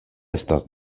estas